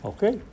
Okay